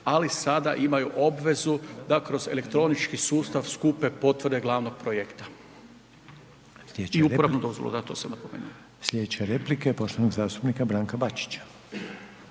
ali sada imaju obvezu da kroz elektronički sustav skupe potvrde glavnog projekta. I uporabnu dozvolu, da to sam napomenuo. **Reiner, Željko (HDZ)** Slijedeća replika je poštovanog zastupnika Branka Bačića.